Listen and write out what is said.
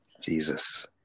Jesus